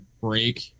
break